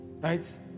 Right